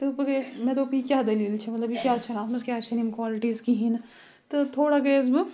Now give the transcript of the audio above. تہٕ بہٕ گٔیَس مےٚ دۆپ یہِ کیٛاہ دٔلیٖل چھےٚ مطلب یہِ کیٛازِ چھَنہٕ اَتھ منٛز کیٛازِ چھَنہٕ یِم کالِٹیٖز کِہیٖنۍ نہٕ تہٕ تھوڑا گٔیَس بہٕ